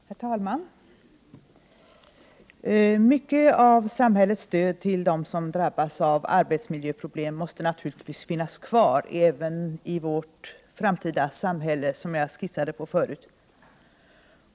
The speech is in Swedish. Herr talman! Mycket av samhällets stöd till dem som drabbats av arbetsmiljöproblem måste naturligtvis finnas kvar även i vårt framtida samhälle, som jag skissade på förut.